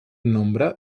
nombre